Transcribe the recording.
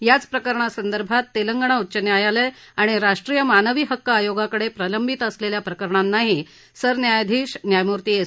याच प्रकरणासंदर्भात तेलंगणा उच्च न्यायालय आणि राष्ट्रीय मानवी हक्क आयोगाकडे प्रलंबित असलेल्या प्रकरणांनाही सरन्यायाधीश न्यायमूर्ती एस